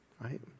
right